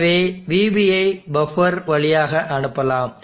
எனவே vBஐ பஃப்பர் வழியாக அனுப்பலாம்